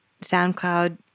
SoundCloud